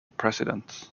president